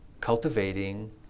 cultivating